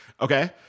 Okay